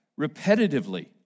repetitively